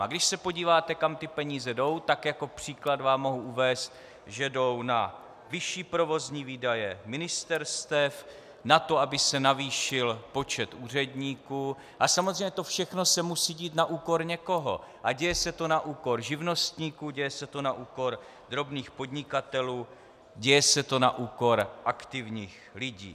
A když se podíváte, kam ty peníze jdou, tak jako příklad vám mohu uvést, že jdou na vyšší provozní výdaje ministerstev, na to, aby se navýšil počet úředníků, a samozřejmě to všechno se musí dít na úkor někoho, a děje se to na úkor živnostníků, děje se to na úkor drobných podnikatelů, děje se to na úkor aktivních lidí.